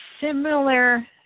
similar